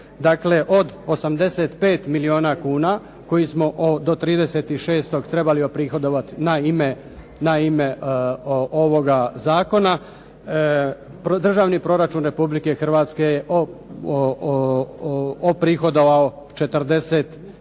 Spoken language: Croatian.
Dakle, od 85 milijuna kuna kojih smo do 30.6. trebali oprihodovat na ime ovoga zakona, državni proračun Republike Hrvatske je oprihodovao 40